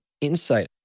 insight